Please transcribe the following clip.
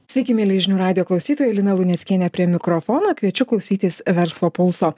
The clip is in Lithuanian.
sveiki mieli žinių radijo klausytojai lina luneckienė prie mikrofono kviečiu klausytis verslo pulso